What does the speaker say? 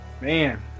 man